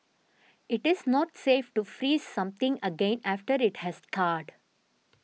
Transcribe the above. it is not safe to freeze something again after it has thawed